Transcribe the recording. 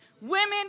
Women